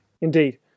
Indeed